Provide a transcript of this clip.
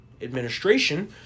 administration